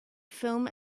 film